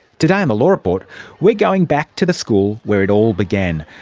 today on the law report we're going back to the school where it all began.